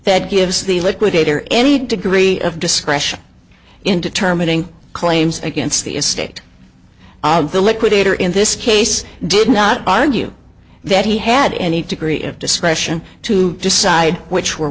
that gives the liquidator any degree of discretion in determining claims against the estate of the liquidator in this case did not argue that he had any degree of discretion to decide which were